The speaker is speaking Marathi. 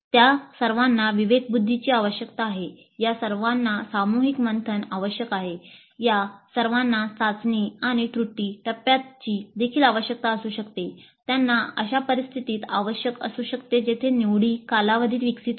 त्या सर्वांना विवेकबुद्धीची आवश्यकता आहे या सर्वांना सामूहिक मंथन आवश्यक आहे या सर्वांना चाचणी आणि त्रुटी टप्प्याची देखील आवश्यकता असू शकते त्यांना अशा परिस्थितीत आवश्यक असू शकते जेथे निवडी कालावधीत विकसित होते